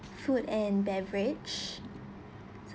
food and beverage